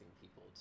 people